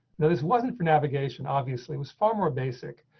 this wasn't for navigation obviously was farmer basic.